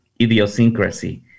idiosyncrasy